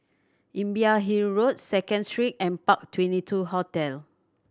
Imbiah Hill Road Second Street and Park Twenty two Hotel